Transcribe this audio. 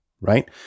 right